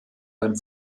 beim